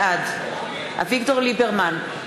בעד אביגדור ליברמן,